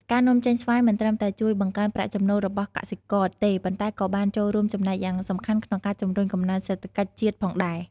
ការនាំចេញស្វាយមិនត្រឹមតែជួយបង្កើនប្រាក់ចំណូលរបស់កសិករទេ ប៉ុន្តែក៏បានចូលរួមចំណែកយ៉ាងសំខាន់ក្នុងការជំរុញកំណើនសេដ្ឋកិច្ចជាតិផងដែរ។